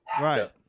Right